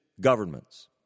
governments